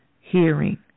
Hearing